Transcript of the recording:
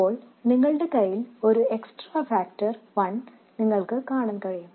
അപ്പോൾ നിങ്ങളുടെ കയ്യിൽ ഒരു എക്സ്ട്രാ ഫാക്ടർ വൺ നിങ്ങൾക്ക് കാണാൻ കഴിയും